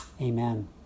Amen